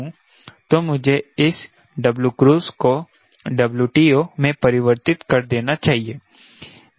तो मुझे इस 𝑊cruise को 𝑊TO में परिवर्तित कर देना चाहिए